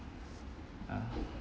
err